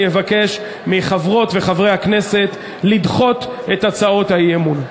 אני אבקש מחברות וחברי הכנסת לדחות את הצעות האי-אמון.